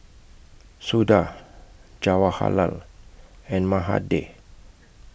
Suda Jawaharlal and Mahade